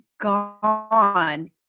gone